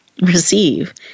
receive